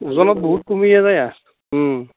ওজনত বহুত কমি আৰু এয়া